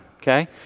okay